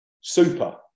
Super